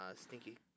Stinky